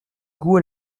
goût